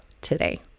today